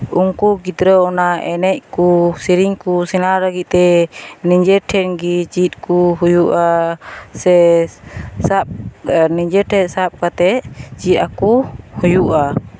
ᱩᱱᱠᱩ ᱜᱤᱫᱽᱨᱟᱹ ᱚᱱᱟ ᱮᱱᱮᱡ ᱠᱚ ᱥᱮᱨᱮᱧ ᱠᱚ ᱥᱮᱬᱟ ᱞᱟᱹᱜᱤᱫ ᱛᱮ ᱱᱤᱡᱮ ᱴᱷᱮᱱ ᱜᱮ ᱪᱮᱫ ᱠᱚ ᱦᱩᱭᱩᱜᱼᱟ ᱥᱮ ᱥᱟᱵ ᱱᱤᱡᱮ ᱴᱷᱮᱡ ᱥᱟᱵ ᱠᱟᱛᱮᱫ ᱪᱮᱫ ᱟᱠᱚ ᱦᱩᱭᱩᱜᱼᱟ